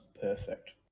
perfect